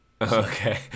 okay